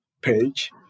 page